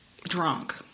drunk